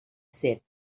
said